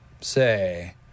Say